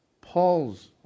Paul's